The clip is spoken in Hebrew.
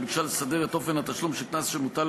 שביקשה לסדר את אופן התשלום של קנס שמוטל